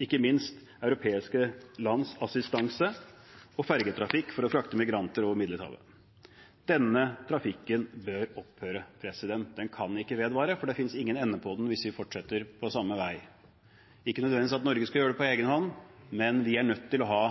ikke minst europeiske lands assistanse og fergetrafikk for å frakte migranter over Middelhavet. Denne trafikken bør opphøre, den kan ikke vedvare, for det finnes ingen ende på den hvis vi fortsetter på samme vei – ikke nødvendigvis at Norge skal gjøre det på egen hånd, men vi er nødt til å ha